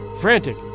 frantic